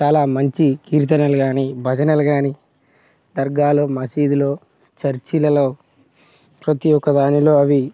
చాలా మంచి కీర్తనలు గానీ భజనలు గానీ దర్గాలో మసీదులో చర్చిలలో ప్రతి ఒక్క వానిలో అవి